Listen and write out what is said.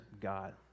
God